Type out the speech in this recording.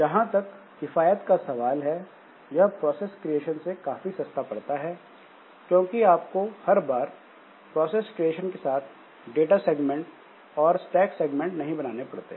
जहां तक किफायत का सवाल है यह प्रोसेस क्रिएशन से काफी सस्ता पड़ता है क्योंकि आपको हर बार प्रोसेस क्रिएशन के साथ डाटा सेगमेंट और स्टैक सेगमेंट नहीं बनाने पड़ते